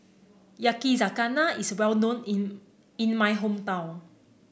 yakizakana is well known in in my hometown